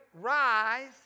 rise